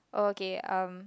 okay um